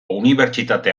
unibertsitate